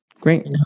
Great